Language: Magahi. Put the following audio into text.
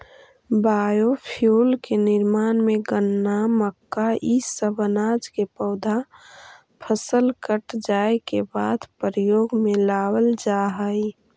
बायोफ्यूल के निर्माण में गन्ना, मक्का इ सब अनाज के पौधा फसल कट जाए के बाद प्रयोग में लावल जा हई